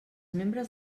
membres